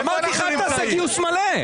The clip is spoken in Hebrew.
אמרתי לך, אל תעשה גיוס מלא.